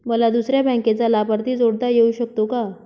मला दुसऱ्या बँकेचा लाभार्थी जोडता येऊ शकतो का?